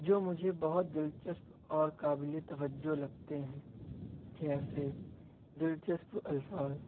جو مجھے بہت دلچسپ اور قابل توجہ لگتے ہیں جیسے دلچسپ الفاظ